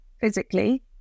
physically